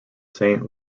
saint